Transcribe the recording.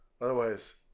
otherwise